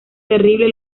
terrible